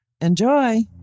Enjoy